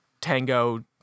tango